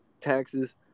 taxes